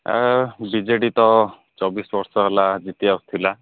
ଆଉ ବିଜେଡ଼ି ତ ଚବିଶ ବର୍ଷ ହେଲା ଜିତି ଆସୁଥିଲା